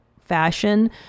fashion